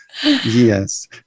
Yes